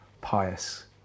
pious